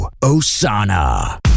Osana